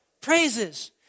Praises